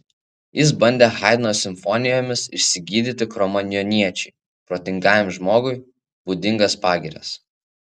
jis bandė haidno simfonijomis išsigydyti kromanjoniečiui protingajam žmogui būdingas pagirias